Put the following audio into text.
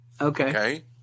Okay